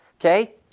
Okay